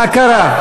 מה קרה?